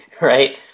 right